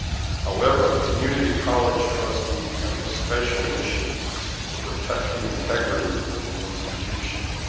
however, community college trustees have a special mission to protect the integrity of the institution.